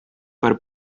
per